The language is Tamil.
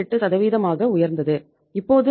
58 ஆக உயர்ந்தது இப்போது அது 17